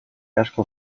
asko